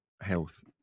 health